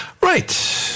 Right